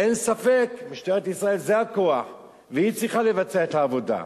אין ספק שמשטרת ישראל זה הכוח והיא צריכה לבצע את העבודה.